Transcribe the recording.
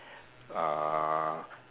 uh